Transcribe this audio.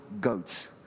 goats